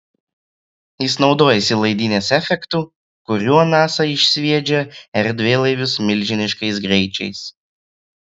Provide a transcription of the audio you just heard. jis naudojasi laidynės efektu kuriuo nasa išsviedžia erdvėlaivius milžiniškais greičiais